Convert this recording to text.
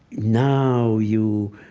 now you